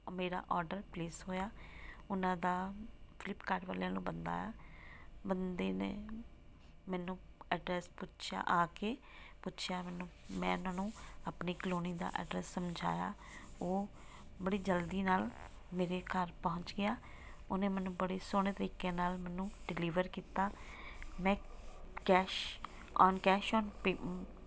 ਮੇਰਾ order place ਹੋਇਆ ਉਹਨਾਂ ਦਾ ਫਲਿਪ ਕਾਰਟ ਵਾਲਿਆਂ ਵੱਲੋਂ ਬੰਦਾ ਬੰਦੇ ਨੇ ਮੈਨੂੰ ਐਡਰੈੱਸ ਪੁੱਛਿਆ ਆ ਕੇ ਪੁੱਛਿਆ ਮੈਨੂੰ ਮੈਂ ਉਹਨਾਂ ਨੂੰ ਆਪਣੀ ਕਲੋਨੀ ਦਾ ਐਡਰੈਸ ਸਮਝਾਇਆ ਉਹ ਬੜੀ ਜਲਦੀ ਨਾਲ ਮੇਰੇ ਘਰ ਪਹੁੰਚ ਗਿਆ ਉਹਨੇ ਮੈਨੂੰ ਬੜੇ ਸੋਹਣੇ ਤਰੀਕੇ ਨਾਲ ਮੈਨੂੰ ਡਿਲੀਵਰ ਕੀਤਾ ਮੈਂ cash on cash on pay